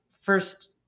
first